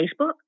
Facebook